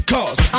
Cause